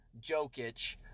Jokic